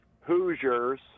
Hoosiers